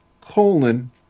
colon